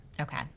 okay